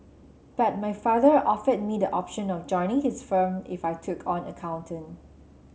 but my father offered me the option of joining his firm if I took on accounting